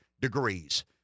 degrees